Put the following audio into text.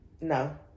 no